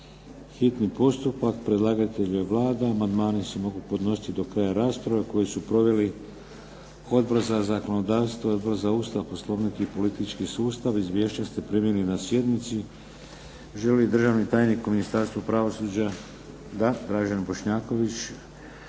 P.Z. br. 412, Predlagatelj je Vlada. Amandmani se mogu podnositi do kraja rasprave koju su proveli Odbor za zakonodavstvo, Odbor za Ustav, Poslovnik i politički sustav. Izvješća ste primili na sjednici. Želi li državni tajnik u Ministarstvu pravosuđa? Da. Dražen Bošnjaković,